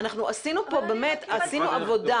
עשינו פה עבודה.